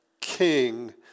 king